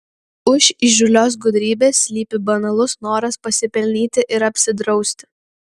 už įžūlios gudrybės slypi banalus noras pasipelnyti ir apsidrausti